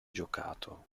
giocato